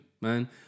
man